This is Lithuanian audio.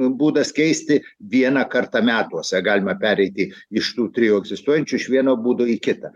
būdas keisti vieną kartą metuose galima pereiti iš tų trijų egzistuojančių iš vieno būdo į kitą